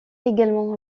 également